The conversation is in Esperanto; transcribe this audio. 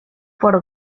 por